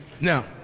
Now